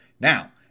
Now